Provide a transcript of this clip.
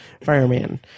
fireman